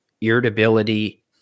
irritability